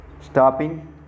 stopping